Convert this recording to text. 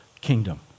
kingdom